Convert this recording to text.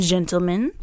Gentlemen